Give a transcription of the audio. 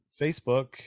Facebook